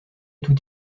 tout